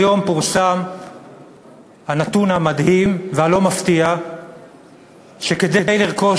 היום פורסם הנתון המדהים והלא-מפתיע שכדי לרכוש